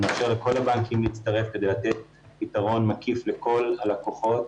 אנחנו נאפשר לכל הבנקים להצטרף כדי לתת פתרון מקיף לכל הלקוחות.